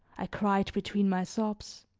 i cried between my sobs,